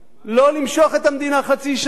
לא למשוך את המדינה חצי שנה,